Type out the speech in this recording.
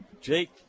Jake